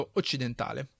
occidentale